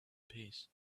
peace